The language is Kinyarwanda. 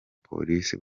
polisi